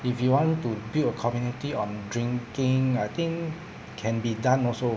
if you want to build a community on drinking I think can be done also